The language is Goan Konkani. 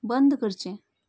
बंद करचें